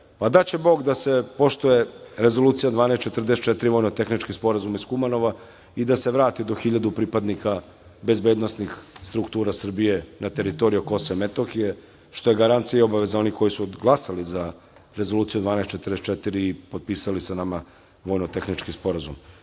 Daće Bog da se poštuje Rezolucija 1244, Vojno tehnički Sporazum iz Kumanova i da se vrati do 1000 pripadnika bezbednosnih struktura Srbije na teritoriji KiM, što je garancija i obaveza onih koji su glasali za Rezoluciju 1244 i potpisali sa nama Vojno tehnički Sporazum